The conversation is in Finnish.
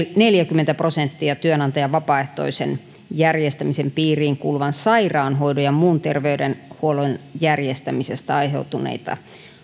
neljäkymmentä prosenttia työnantajan vapaaehtoisen järjestämisen piiriin kuuluvan sairaanhoidon ja muun terveydenhuollon järjestämisestä aiheutuneita